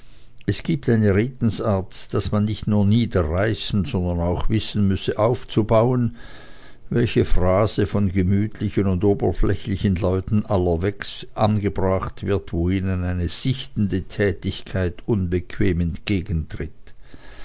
es gibt eine redensart daß man nicht nur niederreißen sondern auch wissen müsse aufzubauen welche phrase voll gemütlichen und oberflächlichen leuten allerwegs angebracht wird wo ihnen eine sichtende tätigkeit unbequem entgegentritt